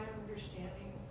understanding